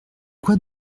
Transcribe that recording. quoi